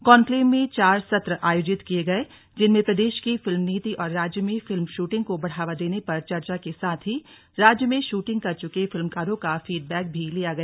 conclave में चार सत्र आयोजित किए गए जिनमें प्रदेश की फिल्म नीति और राज्य में फिल्म शूटिंग को बढ़ावा देने पर चर्चा के साथ ही राज्य में शूटिंग कर चुके फिल्मकारों का फीडबैक भी लिया गया